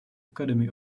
academy